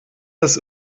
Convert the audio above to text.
des